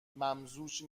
ممزوج